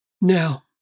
Now